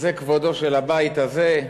זה כבודו של הבית הזה?